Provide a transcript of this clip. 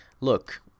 Look